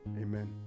Amen